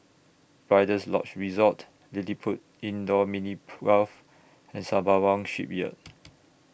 Rider's Lodge Resort LilliPutt Indoor Mini Golf and Sembawang Shipyard